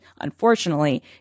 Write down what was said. unfortunately